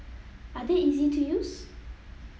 are they easy to use